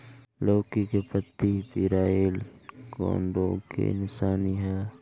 लौकी के पत्ति पियराईल कौन रोग के निशानि ह?